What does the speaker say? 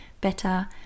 better